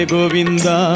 Govinda